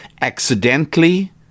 accidentally